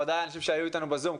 ודאי האנשים שהיו איתנו בזום,